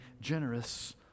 generous